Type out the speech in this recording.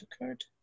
occurred